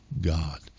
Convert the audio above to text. God